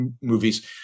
movies